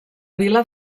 vila